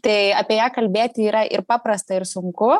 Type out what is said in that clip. tai apie ją kalbėti yra ir paprasta ir sunku